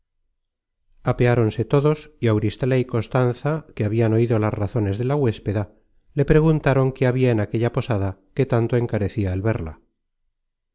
posada apeáronse todos y auristela y constanza que habian oido las razones de la huéspeda le preguntaron qué habia en aquella posada que tanto encarecia el verla